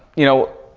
you know,